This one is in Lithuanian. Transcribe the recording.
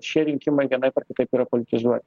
šie rinkimai vienaip ar kitaip yra politizuoti